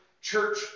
church